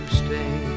stay